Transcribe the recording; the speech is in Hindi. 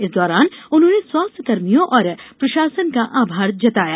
इस दौरान उन्होंने स्वास्थ्य कर्मियों और प्रशासन का आभार जताया